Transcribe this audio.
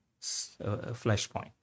flashpoint